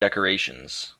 decorations